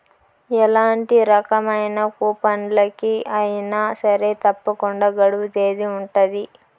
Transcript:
ఎలాంటి రకమైన కూపన్లకి అయినా సరే తప్పకుండా గడువు తేదీ ఉంటది